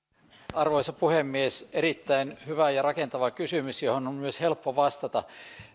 arvoisa puhemies erittäin hyvä ja rakentava kysymys johon on myös helppo vastata